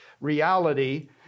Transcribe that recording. reality